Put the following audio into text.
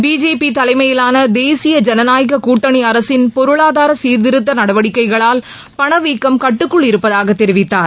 BJP தலைமையிலான தேசிய ஜனநாயகக் கூட்டணி அரசின் பொருளாதார சீர்திருத்த நடவடிக்கைகளால் பணவீக்கம் கட்டுக்குள் இருப்பதாகத் தெரிவித்தார்